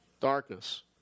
Darkness